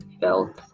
felt